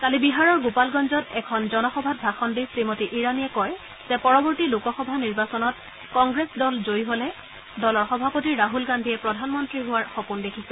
কালি বিহাৰৰ গোপালগঞ্জত এখন জনসভাত ভাষণ দি শ্ৰীমতী ইৰানীয়ে কয় যে পৰৱৰ্তী লোকসভা নিৰ্বাচনত কংগ্ৰেছ দল জয়ী হলে দলৰ সভাপতি ৰাহুল গান্ধীয়ে প্ৰধানমন্ত্ৰী হোৱাৰ সপোন দেখিছে